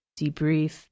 debrief